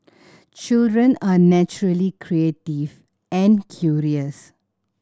children are naturally creative and curious